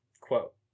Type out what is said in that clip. Quote